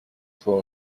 for